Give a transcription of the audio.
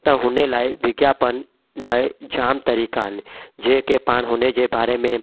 त हुन लाइ विज्ञापन लाइ जामु तरीक़ा आहिनि जेके पाण हुन जे बारे में